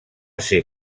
ser